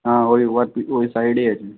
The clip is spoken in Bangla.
হ্যাঁ ওই ওর সাইডেই আছে